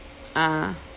ah